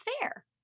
fair